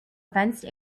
fenced